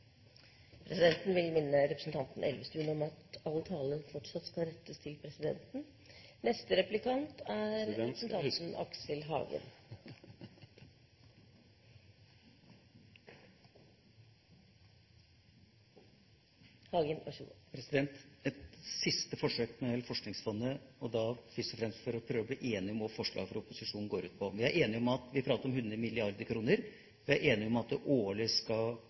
Presidenten vil minne representanten Elvestuen om at all tale fortsatt skal rettes til presidenten. Et siste forsøk når det gjelder Forskningsfondet – først og fremst for å prøve å finne ut hva forslaget fra opposisjonen går ut på. Vi er enige om at vi snakker om 100 mrd. kr, vi er enige om at det årlig skal